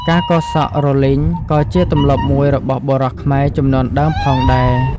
ការកោរសក់រលីងក៏ជាទម្លាប់មួយរបស់បុរសខ្មែរជំនាន់ដើមផងដែរ។